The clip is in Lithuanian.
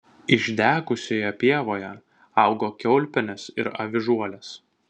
išdegusioje pievoje augo kiaulpienės ir avižuolės